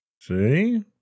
see